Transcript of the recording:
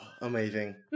Amazing